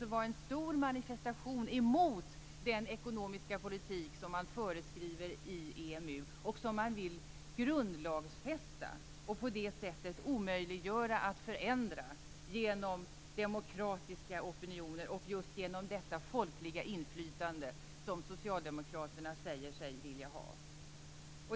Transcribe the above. Det var en stor manifestation mot den ekonomiska politik som man föreskriver i EMU och som man vill grundlagsfästa och på det sättet omöjliggöra att förändra genom demokratiska opinioner och genom det folkliga inflytande som socialdemokraterna säger sig vilja ha.